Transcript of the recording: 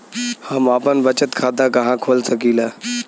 हम आपन बचत खाता कहा खोल सकीला?